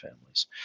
families